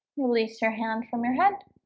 release your hand from your head,